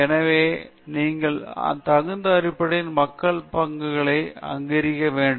எனவே நீங்கள் தகுதி அடிப்படையில் மக்கள் பங்களிப்புகளை அங்கீகரிக்க வேண்டும்